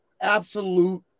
absolute